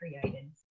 created